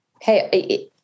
hey